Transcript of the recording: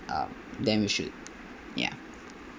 uh then we should ya